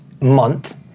month